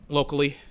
locally